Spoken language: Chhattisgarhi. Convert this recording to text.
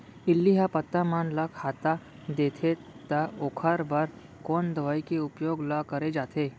इल्ली ह पत्ता मन ला खाता देथे त ओखर बर कोन दवई के उपयोग ल करे जाथे?